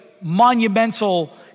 monumental